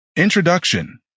Introduction